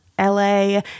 LA